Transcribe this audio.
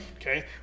Okay